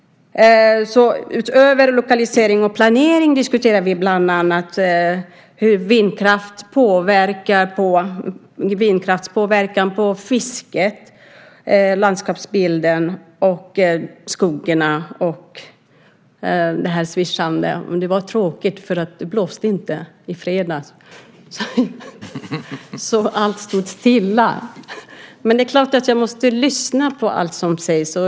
Utöver lokalisering och planering diskuterade vi bland annat vindkraftens påverkan på fisket, landskapsbilden, skuggorna och det här svischandet. Det var tråkigt att det inte blåste i fredags. Allt stod stilla. Det är klart att jag måste lyssna på allt som sägs.